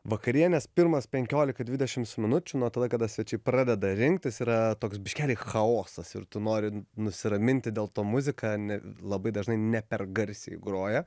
vakarienės pirmas penkiolika dvidešims minučių nuo tada kada svečiai pradeda rinktis yra toks biškelį chaosas ir tu nori nusiraminti dėl to muzika ne labai dažnai ne per garsiai groja